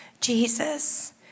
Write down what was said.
Jesus